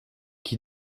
qui